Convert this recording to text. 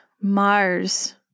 Mars